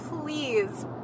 please